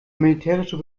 militärische